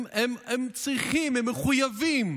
הם צריכים, הם מחויבים